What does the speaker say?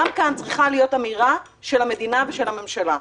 גם כאן צריכה להיות אמירה של המדינה ושל הממשלה.